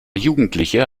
jugendliche